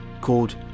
called